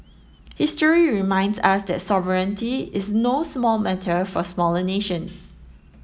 history reminds us that sovereignty is no small matter for smaller nations